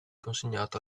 consegnato